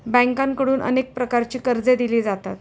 बँकांकडून अनेक प्रकारची कर्जे दिली जातात